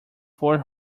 four